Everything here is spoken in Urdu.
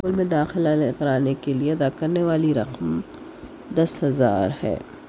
اسکول میں داخلہ لے کرانے کے لئے ادا کرنے والی رقم دس ہزار ہے